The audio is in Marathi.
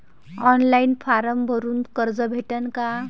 ऑनलाईन फारम भरून कर्ज भेटन का?